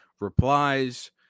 replies